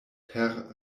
per